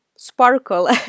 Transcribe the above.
sparkle